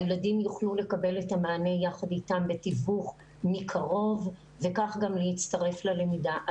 הילדים יוכלו לקבל את המענה יחד אתם בתיווך מקרוב וכך גם להצטרף ללמידה.